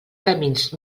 camins